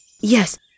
Yes